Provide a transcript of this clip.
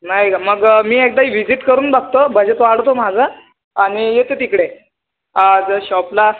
नाही का मग मी एकदा ई व्हिजिट करून बघतो बजेत वाढवतो माझं आणि येतो तिकडे आज शॉपला